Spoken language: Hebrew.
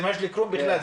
זה בכלל מג'דל כרום.